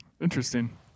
interesting